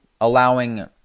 allowing